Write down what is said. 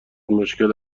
مشکل